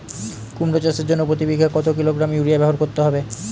কুমড়ো চাষের জন্য প্রতি বিঘা কত কিলোগ্রাম ইউরিয়া ব্যবহার করতে হবে?